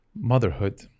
motherhood